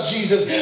Jesus